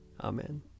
Amen